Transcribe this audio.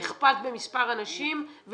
הכפלת במספר הנשים,